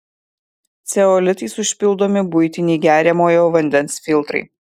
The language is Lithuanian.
ceolitais užpildomi buitiniai geriamojo vandens filtrai